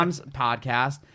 podcast